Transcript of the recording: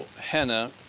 Hannah